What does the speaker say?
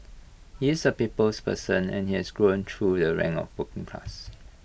he is A people's person and he has grown through the rank of working class